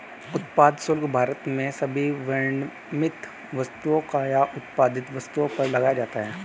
उत्पाद शुल्क भारत में सभी विनिर्मित वस्तुओं या उत्पादित वस्तुओं पर लगाया जाता है